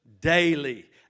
daily